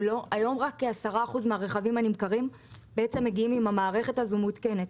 --- והיום רק כעשרה מהרכבים הנמכרים מגיעים עם המערכת הזו מותקנת.